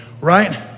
right